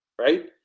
right